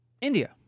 India